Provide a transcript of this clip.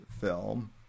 film